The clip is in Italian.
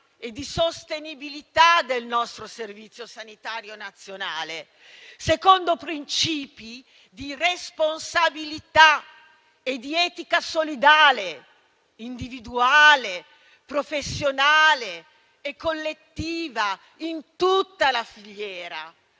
e di sostenibilità del nostro Servizio sanitario nazionale, secondo principi di responsabilità e di etica solidale, individuale, professionale e collettiva in tutta la filiera,